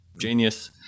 Genius